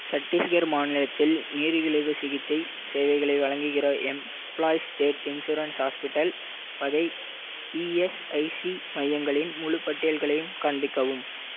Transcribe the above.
சத்தீஸ்கர் மாநிலத்தில் நீரிழிவுச் சிகிச்சை சேவைகளை வழங்குகிற எம்ப்ளாய்ஸ் ஸ்டேட் இன்சூரன்ஸ் ஹாஸ்பிட்டல் வகை இஎஸ்ஐசி மையங்களின் முழுப் பட்டியல்களையும் காண்பிக்கவும்